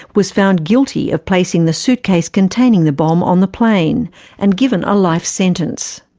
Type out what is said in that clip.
was found guilty of placing the suitcase containing the bomb on the plane and given a life sentence.